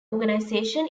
organization